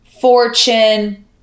fortune